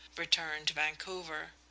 returned vancouver.